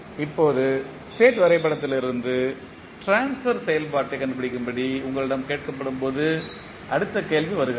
இப்போது ஸ்டேட் வரைபடத்திலிருந்து ட்ரான்ஸ்பர் செயல்பாட்டைக் கண்டுபிடிக்கும்படி உங்களிடம் கேட்கப்படும் போது அடுத்த கேள்வி வருகிறது